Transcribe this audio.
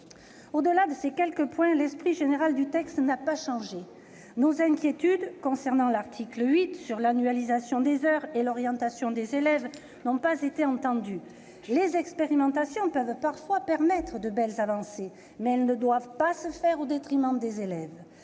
Au-delà de ces quelques points, l'esprit général du texte n'a pas changé. Nos inquiétudes concernant l'article 8, sur l'annualisation des heures et l'orientation des élèves, n'ont pas été entendues. Les expérimentations peuvent parfois permettre de belles avancées, mais elles ne doivent pas se faire au détriment des élèves.